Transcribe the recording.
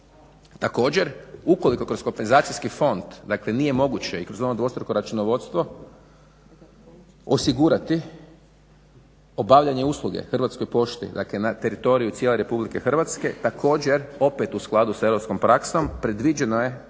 Također ukoliko kroz kompenzacijski fond dakle nije moguće i kroz ono dvostruko računovodstvo osigurati obavljanje usluge HP na teritoriju cijele RH također opet u skladu s europskom praksom predviđeno je